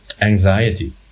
anxiety